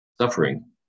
suffering